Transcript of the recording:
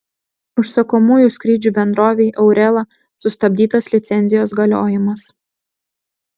užsakomųjų skrydžių bendrovei aurela sustabdytas licencijos galiojimas